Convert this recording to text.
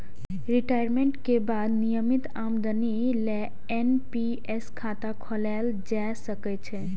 retirement के बाद नियमित आमदनी लेल एन.पी.एस खाता खोलाएल जा सकै छै